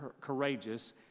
courageous